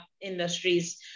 industries